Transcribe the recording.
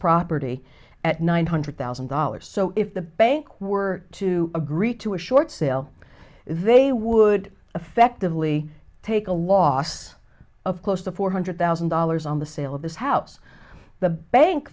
property at nine hundred thousand dollars so if the bank were to agree to a short sale they would effectively take a loss of close to four hundred thousand dollars on the sale of this house the bank